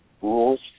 Rules